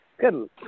Good